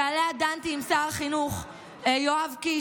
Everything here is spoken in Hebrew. שעליה דנתי עם שר החינוך יואב קיש,